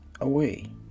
away